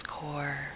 core